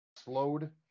slowed